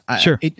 Sure